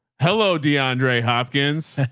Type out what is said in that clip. hello? deandre hopkins,